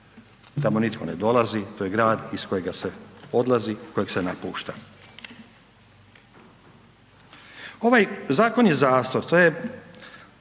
tamo nitko ne dolazi. To je grad iz kojega se odlazi, kojeg se napušta. Ovaj zakon je zastor, to je